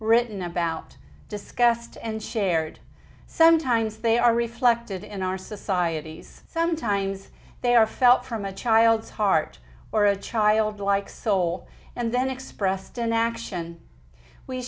written about discussed and shared sometimes they are reflected in our societies sometimes they are felt from a child's heart or a childlike soul and then expressed in action we